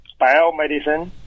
biomedicine